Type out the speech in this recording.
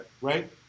Right